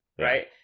right